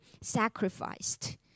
sacrificed